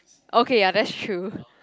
okay ya that's true